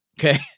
Okay